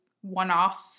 one-off